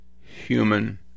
human